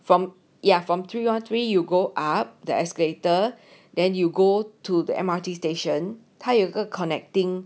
from ya from three one three you go up the escalator then you go to the M_R_T station 他有个 connecting